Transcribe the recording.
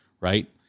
right